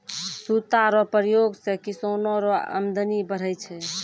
सूता रो प्रयोग से किसानो रो अमदनी बढ़ै छै